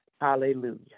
Hallelujah